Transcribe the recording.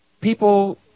people